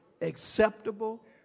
acceptable